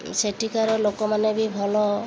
ସେଠିକାର ଲୋକମାନେ ବି ଭଲ